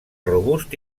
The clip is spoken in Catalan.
robust